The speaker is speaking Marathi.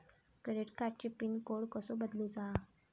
क्रेडिट कार्डची पिन कोड कसो बदलुचा?